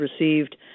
received